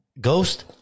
ghost